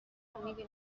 امیدی